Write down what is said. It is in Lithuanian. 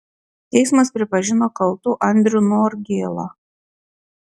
teismas pripažino kaltu andrių norgėlą